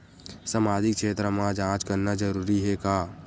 सामाजिक क्षेत्र म जांच करना जरूरी हे का?